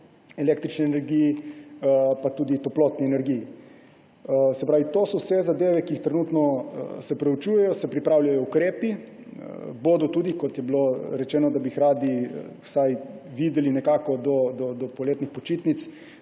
električni energiji, pa tudi toplotni energiji. To so vse zadeve, ki se trenutno proučujejo, se pripravljajo ukrepi. Bodo – kot je bilo rečeno, da bi jih radi vsaj videli – do poletnih počitnic,